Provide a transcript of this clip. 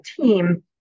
team